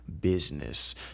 business